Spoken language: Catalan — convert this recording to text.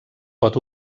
pot